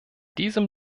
diesem